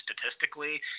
statistically